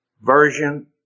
Version